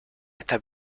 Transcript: esta